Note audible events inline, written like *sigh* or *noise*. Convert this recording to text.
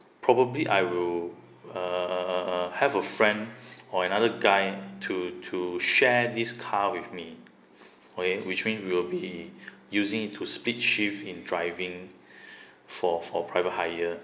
probably I will uh have a friend or another guy to to share this car with me oh yeah which mean we'll be using it to split shift in driving *breath* for for private hire